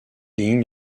lignes